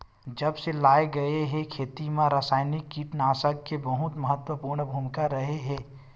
जब से लाए गए हे, खेती मा रासायनिक कीटनाशक के बहुत महत्वपूर्ण भूमिका रहे हे